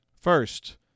First